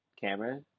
camera